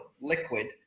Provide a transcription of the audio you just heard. liquid